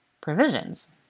Provisions